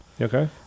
Okay